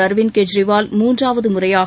அரவிந்த் கெஜ்ரிவால் மூன்றாவது முறையாக